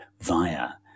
via